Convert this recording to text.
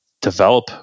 develop